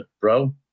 bro